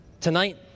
Tonight